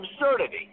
absurdity